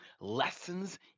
lessons